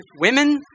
women